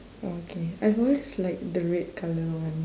orh K I've always liked the red colour one